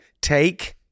Take